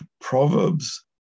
Proverbs